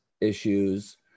issues